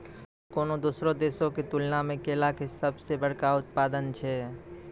भारत कोनो दोसरो देशो के तुलना मे केला के सभ से बड़का उत्पादक छै